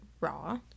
raw